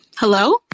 Hello